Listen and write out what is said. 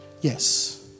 yes